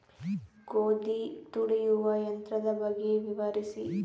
ಗೋಧಿ ತುಳಿಯುವ ಯಂತ್ರದ ಬಗ್ಗೆ ವಿವರಿಸಿ?